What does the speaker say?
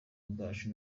bwacu